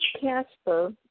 Casper